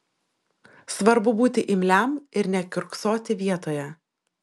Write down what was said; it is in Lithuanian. svarbu būti imliam ir nekiurksoti vietoje